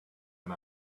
and